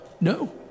No